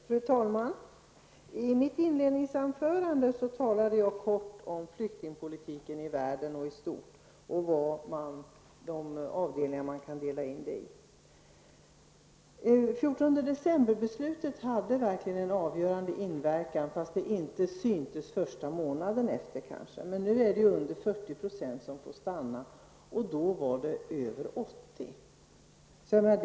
Fru talman! I mitt inledningsanförande talade jag om flyktingpolitiken i stort i världen och hur den kan indelas. 13 december-beslutet hade verkligen en avgörande inverkan, fast det inte märktes under första månaden efteråt. Nu är det under 40 % som får stanna och innan var det över 80 %.